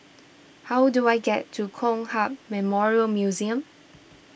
how do I get to Kong Hiap Memorial Museum